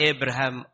Abraham